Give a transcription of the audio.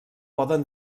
poden